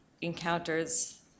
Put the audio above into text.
encounters